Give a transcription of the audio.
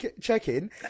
check-in